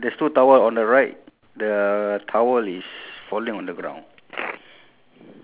ok~ okay mine is cutting the tree so there's two tree and one bush ah